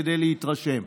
כדי להתרשם.